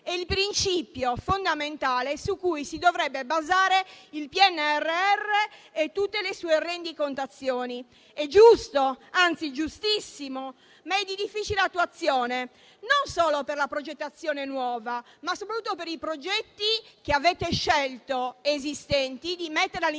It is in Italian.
È il principio fondamentale su cui si dovrebbero basare il PNRR e tutte le sue rendicontazioni. È giusto, anzi giustissimo, ma è di difficile attuazione, non solo per la progettazione nuova, ma soprattutto per i progetti esistenti che avete scelto di inserire all'interno